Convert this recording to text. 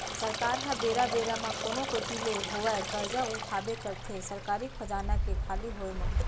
सरकार ह बेरा बेरा म कोनो कोती ले होवय करजा उठाबे करथे सरकारी खजाना के खाली होय म